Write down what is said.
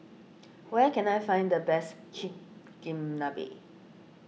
where can I find the best Chigenabe